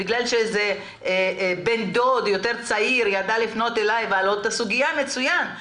בגלל שאיזה בן דוד צעיר יותר ידע לפנות אליי ולהעלות את הסוגיה מצוין,